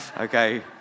Okay